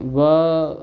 व